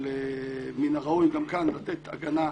אבל מן הראוי גם כאן לתת הגנה,